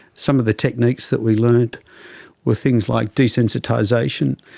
some of the techniques that we learnt were things like desensitisation,